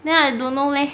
then I don't know leh